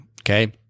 Okay